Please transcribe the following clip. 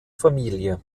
familie